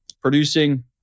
producing